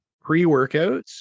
Pre-workouts